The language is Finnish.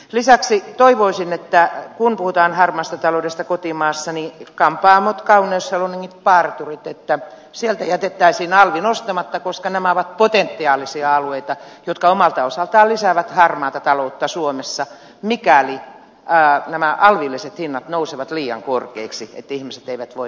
lisäksi toivoisin että kun puhutaan harmaasta taloudesta kotimaassa niin kampaamojen kauneussalonkien parturien osalta jätettäisiin alvi nostamatta koska nämä ovat potentiaalisia alueita jotka omalta osaltaan lisäävät harmaata taloutta suomessa mikäli nämä alvilliset hinnat nousevat liian korkeiksi niin että ihmiset eivät voi niitä käyttää